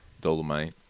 Dolomite